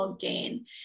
gain